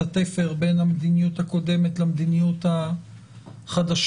התפר בין המדיניות הקודמת למדיניות החדשה,